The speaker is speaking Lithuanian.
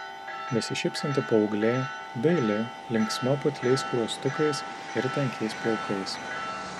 besišypsanti paauglė daili linksma putliais skruostukais ir tankiais plaukais